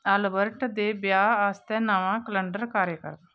Albert दे ब्याह् आस्तै नमां कलंडर कार्यक्रम